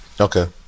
Okay